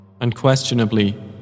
Unquestionably